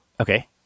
Okay